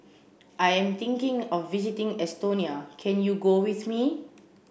I am thinking of visiting Estonia can you go with me